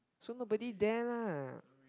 so nobody there lah